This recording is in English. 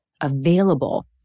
available